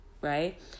right